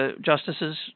justices